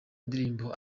ndirimbo